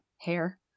hair